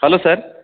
hello sir